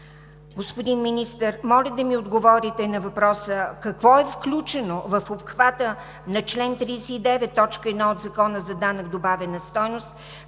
Господин Министър, моля да ми отговорите на въпроса: какво е включено в обхвата на чл. 39, т. 1 от Закона за данък добавена стойност,